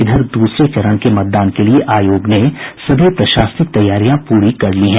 इधर दूसरे चरण के मतदान लिये आयोग ने सभी प्रशासनिक तैयारियां पूरी कर ली है